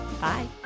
Bye